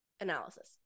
analysis